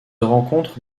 rencontre